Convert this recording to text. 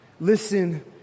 listen